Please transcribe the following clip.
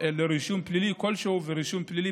לרישום פלילי כלשהו ורישום פלילי